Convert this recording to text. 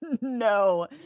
no